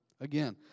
Again